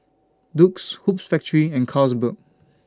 Doux Hoops Factory and Carlsberg